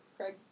Craig